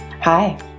Hi